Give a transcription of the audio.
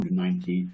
190